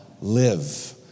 live